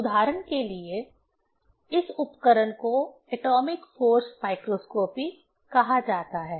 उदाहरण के लिए इस उपकरण को एटॉमिक फोर्स माइक्रोस्कोपी कहा जाता है